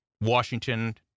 Washington